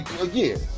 Again